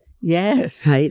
Yes